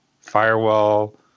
firewall